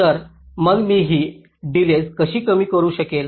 तर मग मी ही डिलेज कशी कमी करू शकेन